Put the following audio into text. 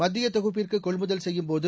மத்திய தொகுப்பிற்கு கொள்முதல் செய்யும்போது